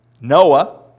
Noah